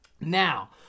now